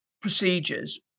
procedures